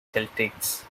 celtics